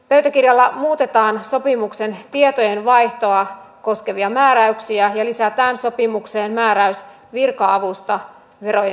pöytäkirjalla muutetaan sopimuksen tietojenvaihtoa koskevia määräyksiä ja lisätään sopimukseen määräys virka avusta verojen perinnässä